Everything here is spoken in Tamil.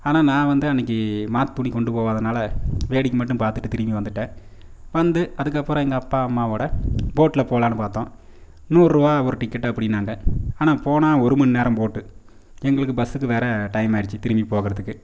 ஆனால் நான் வந்து அன்னைக்கு மாற்று துணி கொண்டு போகாதனால் வேடிக்கை மட்டும் பார்த்துட்டு திரும்பி வந்துட்டேன் வந்து அதுக்கு அப்புறம் எங்கள் அப்பா அம்மாவோடு போட்டில் போகலாம்னு பார்த்தோம் நூறுரூவா ஒரு டிக்கெட்டு அப்படின்னாங்க ஆனால் போனால் ஒரு மணி நேரம் போட்டு எங்களுக்கு பஸ்ஸுக்கு வேற டைம் ஆயிடுச்சி திரும்பி போகிறதுக்கு